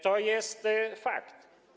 To jest fakt.